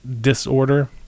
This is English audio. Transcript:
disorder